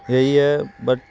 یہی ہے بٹ